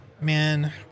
Man